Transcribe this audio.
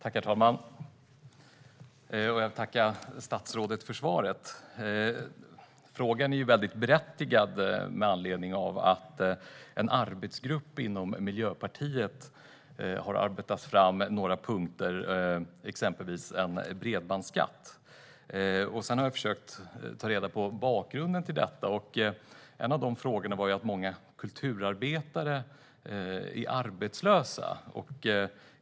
Herr talman! Jag vill tacka statsrådet för svaret. Frågan är väldigt berättigad med anledning av att en arbetsgrupp inom Miljöpartiet har arbetat fram några punkter, exempelvis en bredbandsskatt. Jag har försökt att ta reda på bakgrunden till detta. En av frågorna var att många kulturarbetare är arbetslösa.